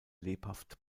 lebhaft